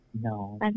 no